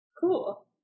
Cool